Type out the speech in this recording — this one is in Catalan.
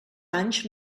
anys